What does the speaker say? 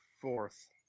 fourth